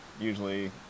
usually